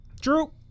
True